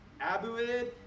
Abuid